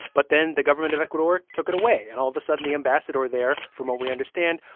but then the government of ecuador took it away. and all of a sudden, the ambassador there, from what we understand,